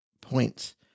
points